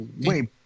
Wait